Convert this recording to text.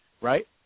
right